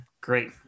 Great